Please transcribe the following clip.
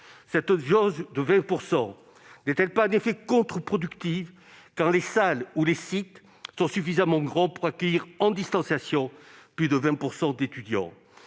jauge de 20 % n'est-elle pas en effet contreproductive, quand les salles ou les sites sont suffisamment grands pour accueillir plus de 20 % d'étudiants